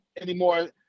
anymore